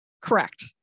Correct